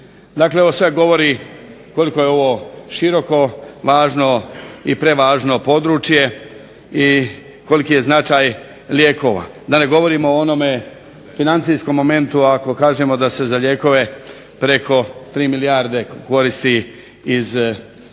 Dakle, ovo sve govori koliko je ovo široko važno i prevažno područje i koliki je značaj lijekova, da ne govorim o onome financijskom momentu ako kažem da se za lijekovi preko 3 milijarde koristi iz